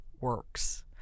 works